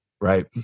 Right